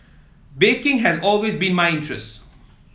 baking has always been my interest